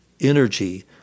energy